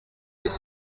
des